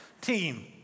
team